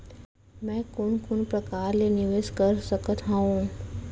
मैं कोन कोन प्रकार ले निवेश कर सकत हओं?